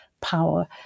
power